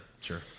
Sure